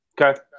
Okay